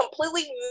completely